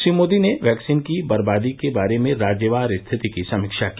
श्री मोदी ने वैक्सीन की बर्बादी के बारे में राज्यवार स्थिति की समीक्षा की